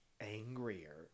angrier